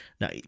Now